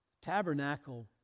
Tabernacle